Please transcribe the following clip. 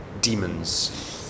demons